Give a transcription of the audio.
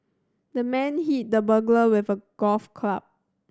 the man hit the burglar with a golf club